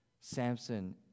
Samson